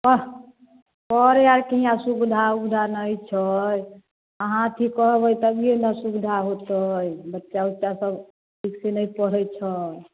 अह पढ़े आरके इहाँ सुवधा उविधा नहि छै अहाँ की कहबै तभिए ने सुविधा होयतै बच्चा ओच्चा सब किछुकेँ नहि पढ़ैत छै